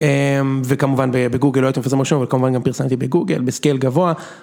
אממ וכמובן בגוגל לא הייתי מפרסם משהו וגם פרסמתי בגוגל בסקיל גבוה.